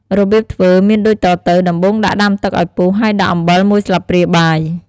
របៀបធ្វើមានដូចតទៅ ដំបូងដាក់ដាំទឹកឱ្យពុះហើយដាក់អំបិលមួយស្លាបព្រាបាយ។